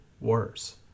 worse